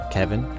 Kevin